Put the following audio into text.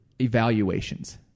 evaluations